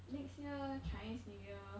next year chinese new year